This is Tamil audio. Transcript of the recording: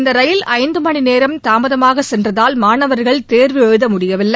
இந்த ரயில் ஐந்து மணி நேரம் தாமதமாகச் சென்றதால் மாணவர்கள் தேர்வு எழுத முடியவில்லை